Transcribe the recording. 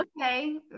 okay